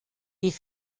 die